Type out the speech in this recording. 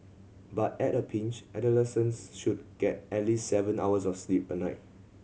but at a pinch adolescents should get at least seven hours of sleep a night